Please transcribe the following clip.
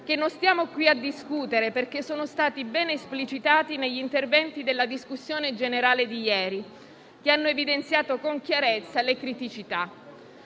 che non stiamo qui a discutere, perché sono stati ben esplicitati negli interventi della discussione generale di ieri, che ne hanno evidenziato con chiarezza le criticità.